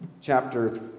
chapter